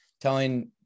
telling